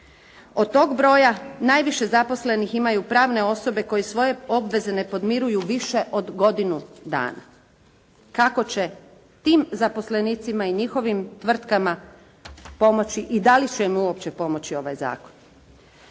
Od tog broja, najviše zaposlenih imaju pravne osobe koje svoje obveze ne podmiruju više od godinu dana. Kako će tim zaposlenicima i njihovim tvrtkama pomoći i da li će im uopće pomoći ovaj zakon?